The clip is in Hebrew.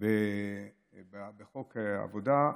בחוק עבודה,